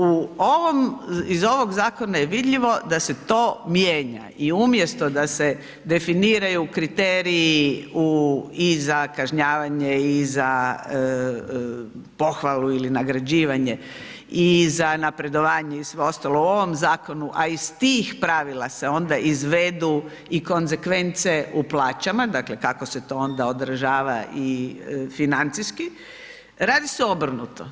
U ovom, iz ovog zakona je vidljivo da se to mijenja i umjesto da se definiraju kriteriji u, i za kažnjavanje i za pohvalu ili nagrađivanje i za napredovanje i sve ostalo u ovom zakonu, a iz tih pravila se onda izvedu i konsekvence u plaćama, dakle kako se to onda odražava i financijski, radi se obrnuto.